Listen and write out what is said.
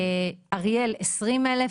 באריאל יש 20,000,